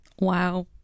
Wow